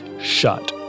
shut